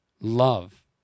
love